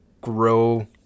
grow